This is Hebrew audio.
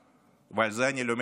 ועל זה אני לא מתכוון לוותר.